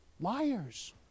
liars